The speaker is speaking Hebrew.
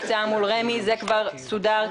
הקצאה מול רמ"י זה כבר סודר,